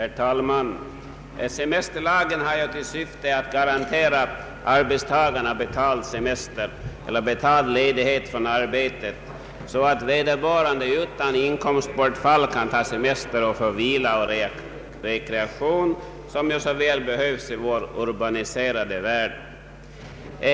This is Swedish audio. Herr talman! Semesterlagen har ju till syfte att garantera arbetstagarna betald ledighet från arbete så att vederbörande utan inkomstbortfall kan ta semester och få vila och rekreation, något som väl behövs i vår urbaniserade värld.